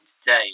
today